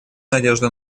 надежду